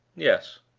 yes.